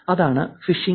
അതാണ് ഫിഷിംഗ്